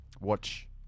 watch